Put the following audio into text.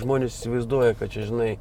žmonės įsivaizduoja kad čia žinai